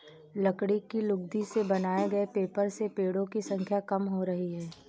लकड़ी की लुगदी से बनाए गए पेपर से पेङो की संख्या कम हो रही है